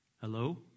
Hello